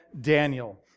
Daniel